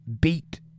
beat